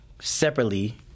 separately